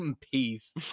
Peace